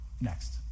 next